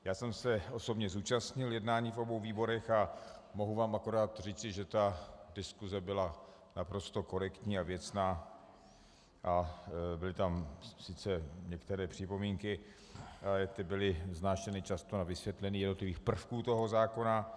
Já jsem se osobně zúčastnil jednání v obou výborech a mohu vám akorát říci, že diskuse byla naprosto korektní a věcná, byly tam sice některé připomínky, ale ty byly vznášeny často na vysvětlení jednotlivých prvků toho zákona.